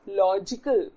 logical